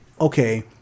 okay